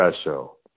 special